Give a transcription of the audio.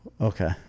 Okay